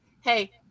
Hey